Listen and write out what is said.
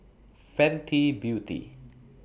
Fenty Beauty